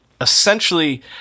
essentially